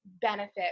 benefit